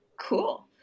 Cool